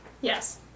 Yes